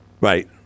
Right